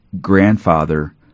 grandfather